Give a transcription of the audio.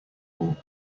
all